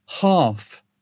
half